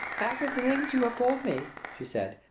after the things you have told me, she said,